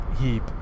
heap